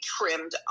trimmed